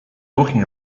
talking